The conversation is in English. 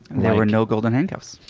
there were no golden handcuffs.